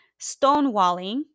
stonewalling